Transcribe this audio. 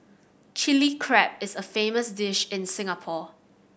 Chilli Crab is a famous dish in Singapore